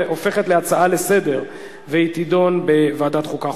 שהופכת להצעה לסדר-היום ותידון בוועדת החוקה,